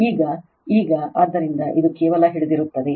ಈಗ ಈಗ ಆದ್ದರಿಂದ ಇದು ಕೇವಲ ಹಿಡಿದಿರುತ್ತದೆ